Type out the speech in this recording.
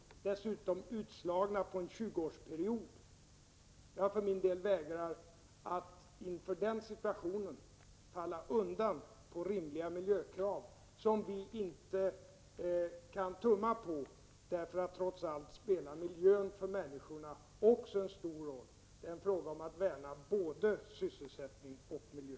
De skall dessutom slås ut på en 20-årsperiod. För min del vägrar jag att i denna situation ge avkall på rimliga miljökrav. Vi kan inte tumma på dem. Trots allt spelar människors miljö också en stor roll. Det gäller att värna både sysselsättning och miljö.